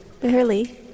Barely